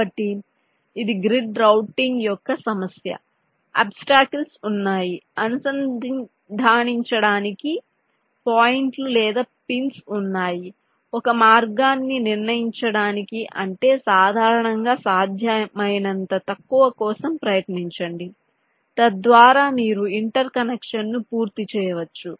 కాబట్టి ఇది grid routing యొక్క సమస్య అబ్స్టాకిల్స్ ఉన్నాయి అనుసంధానించడానికి పాయింట్లు లేదా పిన్స్ ఉన్నాయి ఒక మార్గాన్ని నిర్ణయించడానికి అంటే సాధారణంగా సాధ్యమైనంత తక్కువ కోసం ప్రయత్నించండి తద్వారా మీరు ఇంటర్ కనెక్షన్ను పూర్తి చేయవచ్చు